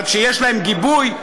אבל כשיש להן גיבוי,